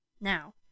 Now